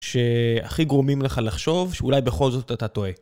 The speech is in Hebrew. שהכי גורמים לך לחשוב שאולי בכל זאת אתה טועה.